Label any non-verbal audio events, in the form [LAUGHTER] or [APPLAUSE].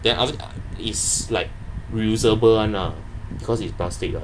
then [NOISE] it's like reusable [one] ah cause it's plastic